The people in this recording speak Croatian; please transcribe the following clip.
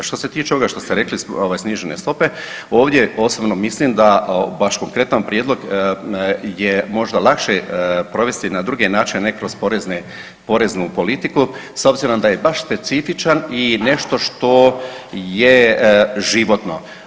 A što se tiče ovoga što ste rekli ovaj snižene stope, ovdje osobno mislim da vaš konkretan prijedlog je možda lakše provesti na druge načine, ne kroz porezne, poreznu politiku s obzirom da je baš specifičan i nešto što je životno.